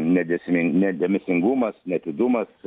nedėsmin nedėmesingumas neatidumas